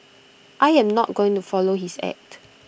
I am not going to follow his act